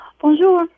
Bonjour